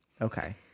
Okay